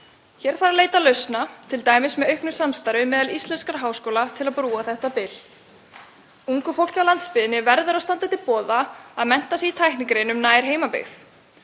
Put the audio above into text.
Hér þarf að leita lausna, t.d. með auknu samstarfi meðal íslenskra háskóla, til að brúa þetta bil. Ungu fólki á landsbyggðinni verður að standa til boða að mennta sig í tæknigreinum nær heimabyggð.